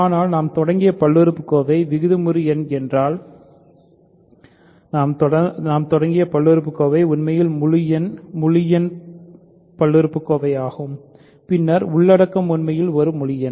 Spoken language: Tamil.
ஆனால் நாம் தொடங்கிய பல்லுறுப்புறுப்பு விகிதமுறு என்றால் நாம் தொடங்கிய பல்லுறுப்புக்கோவை உண்மையில் முழு எண் முழு எண் பல்லுறுப்புக்கோவையாகும் பின்னர் உள்ளடக்கம் உண்மையில் ஒரு முழு எண்